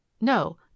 no